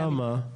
למה?